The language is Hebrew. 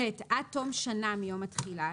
(ט)עד תום שנה מיום התחילה,